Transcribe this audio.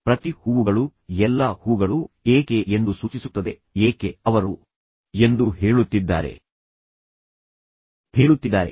ಪ್ರತಿ ಹೂವುಗಳು ಎಲ್ಲಾ ಹೂವುಗಳು ಏಕೆ ಎಂದು ಸೂಚಿಸುತ್ತದೆ ಏಕೆ ಅವರು ಇದು ಅತ್ಯಂತ ಕ್ರೂರ ತಿಂಗಳು ಎಂದು ಹೇಳುತ್ತಿದ್ದಾರೆ